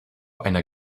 einer